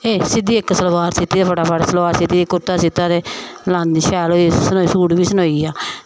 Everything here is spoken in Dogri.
एह् सिद्धी इक सलवार सीती फटाफट सलवार सीती कुर्ता सीता ते लांदे शैल होई ते सूट बी सनोई गेआ